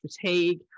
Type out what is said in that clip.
fatigue